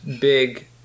big